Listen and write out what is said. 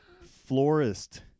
Florist